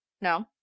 no